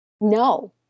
no